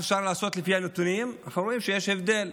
אפשר לעשות רק לפי הנתונים, אנחנו רואים שיש הבדל.